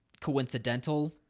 coincidental